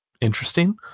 interesting